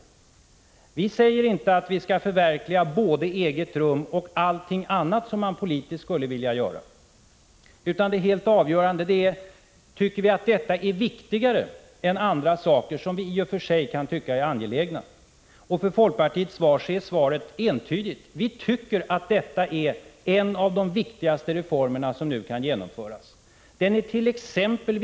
Vi säger i folkpartiet inte att vi skall förverkliga både kravet på eget rum och allt annat som vi politiskt skulle vilja göra, utan det helt avgörande är om vi tycker att detta är viktigare än andra saker som vi i och för sig tycker är angelägna. För folkpartiet är svaret entydigt: Vi tycker att eget rum är en av de viktigaste reformerna som nu kan genomföras. Det ärt.ex.